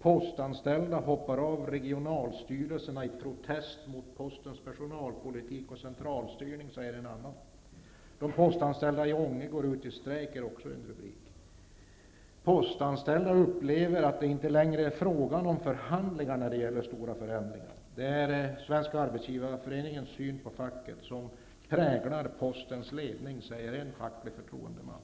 Postanställda hoppar av regionalstyrelserna i protest mot postens personalpolitik och centralstyrning, säger en tredje. De postanställda i Ånge går ut i strejk, är också en rubrik. Postanställda upplever att det inte längre är fråga om förhandlingar när det gäller stora förändringar. Det är svenska arbetsgivareföreningens syn på facket som präglar postens ledning, säger en facklig förtroendeman.